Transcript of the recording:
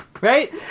Right